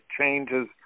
changes